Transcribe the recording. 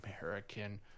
american